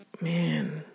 Man